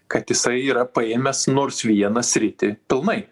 kad jisai yra paėmęs nors vieną sritį pilnai